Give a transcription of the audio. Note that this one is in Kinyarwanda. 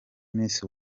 miss